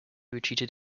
retreated